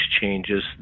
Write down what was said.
changes